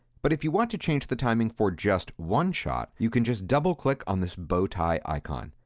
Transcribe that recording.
but if you want to change the timing for just one shot, you can just double click on this bow tie icon.